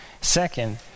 Second